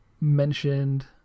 mentioned